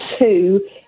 two